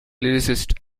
lyricist